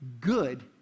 good